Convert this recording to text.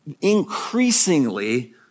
increasingly